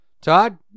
Todd